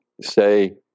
say